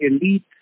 elite